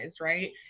right